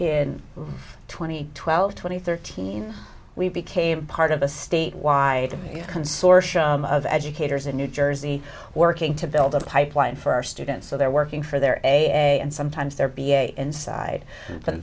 in twenty twelve twenty thirteen we became part of a state wide a consortium of educators in new jersey working to build a pipeline for our students so they're working for their a and sometimes there be a inside and